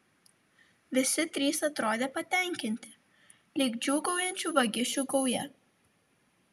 visi trys atrodė patenkinti lyg džiūgaujančių vagišių gauja